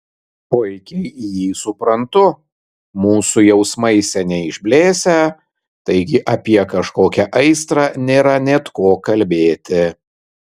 puikiai jį suprantu mūsų jausmai seniai išblėsę taigi apie kažkokią aistrą nėra net ko kalbėti